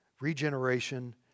Regeneration